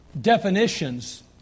definitions